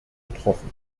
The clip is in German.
getroffen